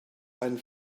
ein